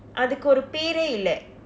அதுக்கு ஒரு பெயரே இல்ல:athukku oru peyaree illa